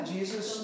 Jesus